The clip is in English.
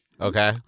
Okay